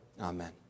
Amen